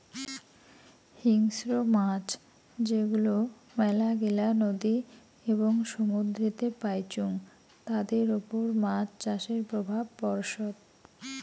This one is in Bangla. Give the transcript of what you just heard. হিংস্র মাছ যেগুলো মেলাগিলা নদী এবং সমুদ্রেতে পাইচুঙ তাদের ওপর মাছ চাষের প্রভাব পড়সৎ